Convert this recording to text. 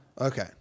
Okay